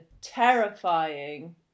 terrifying